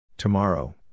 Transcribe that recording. Tomorrow